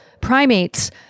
primates